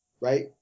right